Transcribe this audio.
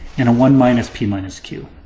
and a one minus p minus q,